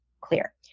clear